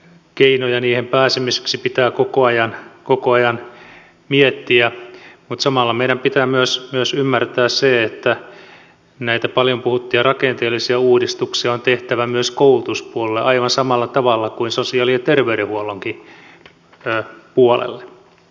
keinoja niihin pääsemiseksi pitää koko ajan miettiä mutta samalla meidän pitää myös ymmärtää se että näitä paljon puhuttuja rakenteellisia uudistuksia on tehtävä myös koulutuspuolella aivan samalla tavalla kuin sosiaali ja terveydenhuollonkin puolella